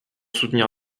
soutenir